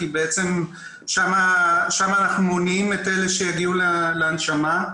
בעצם שם אנחנו מונעים את אלה שיגיעו להנשמה.